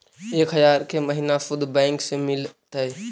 एक हजार के महिना शुद्ध बैंक से मिल तय?